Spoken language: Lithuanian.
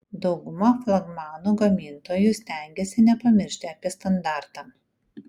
dauguma flagmanų gamintojų stengiasi nepamiršti apie standartą